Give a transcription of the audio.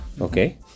Okay